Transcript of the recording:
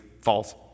false